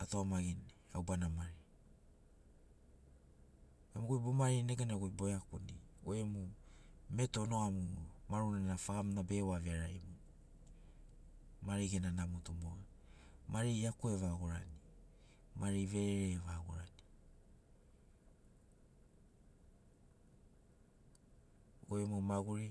Atugamagini au bana mari bema goi bo mairini neganai goi boeakuni goi gemu meto noga mo marunana fagamuna bewa gerevagini mari gena namo tu moga mari iaku evagorani mari verere evagorani goi gemu maguri